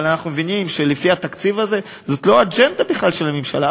אבל אנחנו מבינים שלפי התקציב הזה זאת בכלל לא האג'נדה של הממשלה,